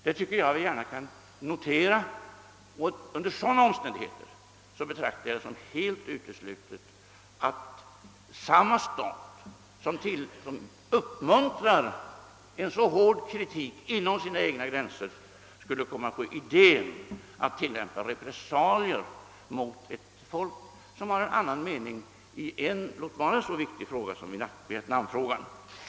Det tycker jag att vi gärna kan notera, och under sådana omständigheter betraktar jag det som helt uteslutet att samma stat, som uppmuntrar en så hård kritik inom sina egna gränser, skulle komma på idén att utöva repressalier mot ett folk som har en annan mening än den aktuella statens regering, låt vara i en så viktig fråga som Vietnamfrågan.